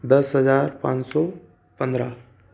दस हज़ार पाँच सौ पंद्रह